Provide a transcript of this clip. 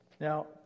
Now